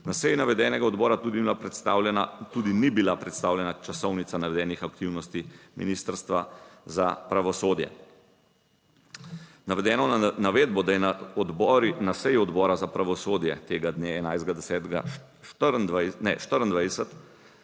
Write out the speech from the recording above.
Na seji navedenega odbora tudi ni bila predstavljena časovnica navedenih aktivnosti Ministrstva za pravosodje. Navedeno navedbo, da je na seji Odbora za pravosodje tega dne 11. 10.